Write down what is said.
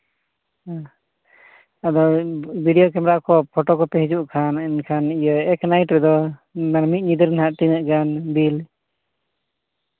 ᱦᱮᱸ ᱟᱫᱚ video camera ᱠᱚ ᱯᱷᱳᱴᱳ ᱠᱚᱯᱮ ᱦᱤᱡᱩᱜ ᱠᱷᱟᱱ ᱮᱠ ᱱᱟᱭᱤᱴ ᱨᱮᱫᱚ ᱢᱤᱫ ᱧᱤᱫᱟᱹ ᱨᱮᱱᱟᱜ ᱛᱤᱱᱟᱹᱜ ᱜᱟᱱ ᱵᱤᱞ